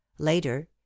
later